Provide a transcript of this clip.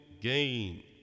gain